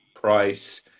price